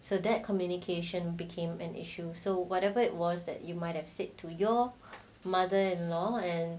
so that communication became an issue so whatever it was that you might have said to your mother in law and